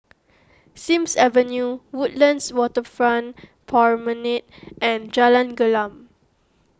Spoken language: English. Sims Avenue Woodlands Waterfront Promenade and Jalan Gelam